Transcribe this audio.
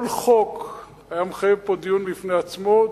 כל חוק היה מחייב פה דיון בפני עצמו,